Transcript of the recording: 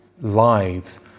Lives